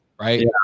right